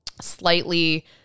slightly